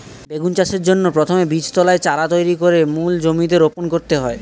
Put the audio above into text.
বেগুন চাষের জন্য প্রথমে বীজতলায় চারা তৈরি করে মূল জমিতে রোপণ করতে হয়